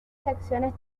secciones